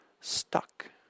stuck